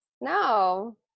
no